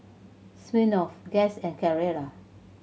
Smirnoff Guess and Carrera